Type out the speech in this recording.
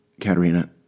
Katerina